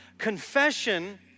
confession